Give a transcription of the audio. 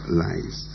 lies